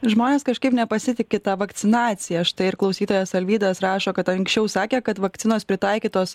žmonės kažkaip nepasitiki ta vakcinacija štai ir klausytojas alvydas rašo kad anksčiau sakė kad vakcinos pritaikytos